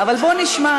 בואו נשמע.